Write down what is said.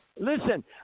Listen